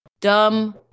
Dumb